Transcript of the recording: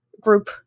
group